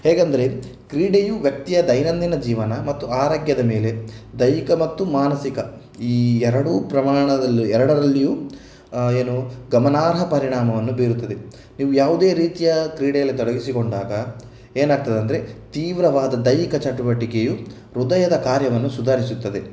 ಹೇಗೆಂದರೆ ಕ್ರೀಡೆಯು ವ್ಯಕ್ತಿಯ ದೈನಂದಿನ ಜೀವನ ಮತ್ತು ಆರೋಗ್ಯದ ಮೇಲೆ ದೈಹಿಕ ಮತ್ತು ಮಾನಸಿಕ ಈ ಎರಡೂ ಪ್ರಮಾಣದಲ್ಲಿ ಎರಡರಲ್ಲಿಯೂ ಏನು ಗಮನಾರ್ಹ ಪರಿಣಾಮವನ್ನು ಬೀರುತ್ತದೆ ನೀವು ಯಾವುದೇ ರೀತಿಯ ಕ್ರೀಡೆಯಲ್ಲಿ ತೊಡಗಿಸಿಕೊಂಡಾಗ ಏನಾಗ್ತದಂದ್ರೆ ತೀವ್ರವಾದ ದೈಹಿಕ ಚಟುವಟಿಕೆಯು ಹೃದಯದ ಕಾರ್ಯವನ್ನು ಸುಧಾರಿಸುತ್ತದೆ